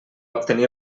obtenir